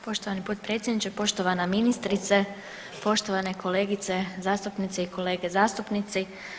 Poštovani potpredsjedniče, poštovana ministrice, poštovane kolegice zastupnice i kolege zastupnici.